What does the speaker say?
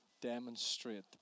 demonstrate